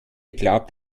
glaubt